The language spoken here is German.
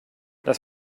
das